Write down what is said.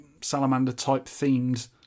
Salamander-type-themed